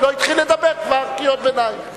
הוא עוד לא התחיל לדבר וכבר קריאות ביניים.